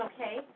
okay